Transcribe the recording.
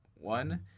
One